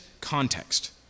context